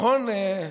כועס.